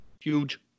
Huge